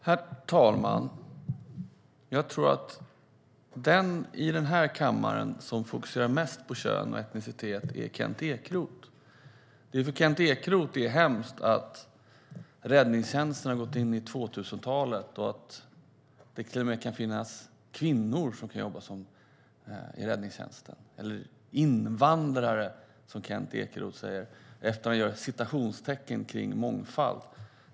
Herr talman! Jag tror att den i den här kammaren som fokuserar mest på kön och etnicitet är Kent Ekeroth. För Kent Ekeroth är det hemskt att räddningstjänsten har gått in i 2000-talet och att det till och med kan finnas kvinnor och invandrare, som Kent Ekeroth uttrycker det, som jobbar i räddningstjänsten. Dessutom gör han citationstecken med fingrarna kring ordet "mångfald".